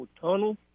tunnel